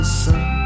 sun